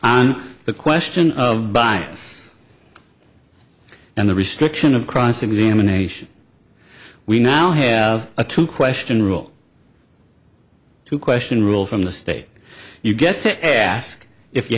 on the question of bias and the restriction of cross examination we now have a two question rule two question rule from the state